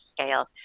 scale